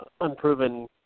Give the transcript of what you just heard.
unproven